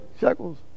shekels